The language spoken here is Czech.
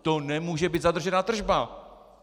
To nemůže být zadržená tržba.